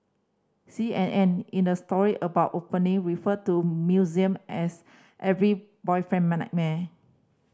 C N N in a story about opening referred to museum as every boyfriend